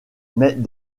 mais